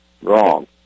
Wrong